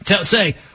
say